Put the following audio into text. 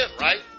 right